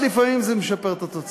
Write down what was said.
זה לפעמים משפר את התוצאה.